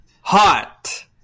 hot